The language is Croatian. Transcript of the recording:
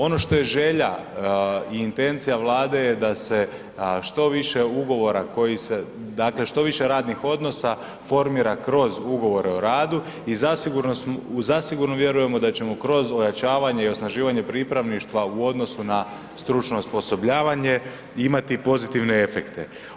Ono što je želja i intencija Vlade je da se što više ugovora koji se, dakle što više radnih odnosa formira kroz ugovore o radu i zasigurno smo, u zasigurno vjerujemo da ćemo kroz ojačavanje i osnaživanje pripravništva u odnosu na stručno osposobljavanje imati pozitivne efekte.